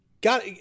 Got